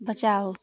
बचाओ